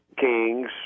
kings